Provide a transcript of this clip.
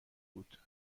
بود